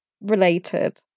related